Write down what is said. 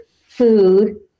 food